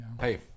Hey